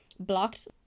blocked